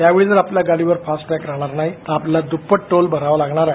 त्यावेळी जर आपल्या गाडीवर फाॅग राहणार नाही तर आपल्याला दुप्पट ढोल भरावा लागणार आहे